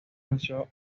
nació